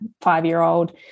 five-year-old